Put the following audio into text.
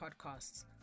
podcasts